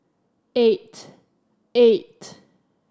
eight eight